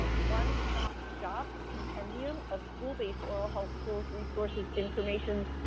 one stop shop compendium of school-based oral health tools, resources, information,